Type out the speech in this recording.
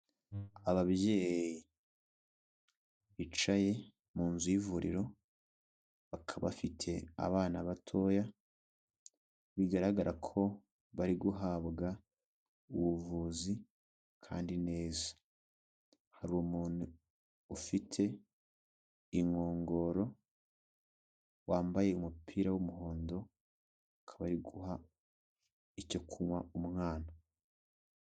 Ababyeyi bicaye mu nzu y'ivuriro, bakaba Bafite abana batoya, bigaragara ko bari guhabwa ubuvuzi kandi neza, hari umuntu ufite inkongoro wambaye umupira w'umuhondo, akaba ari guha icyo kunywa umwana.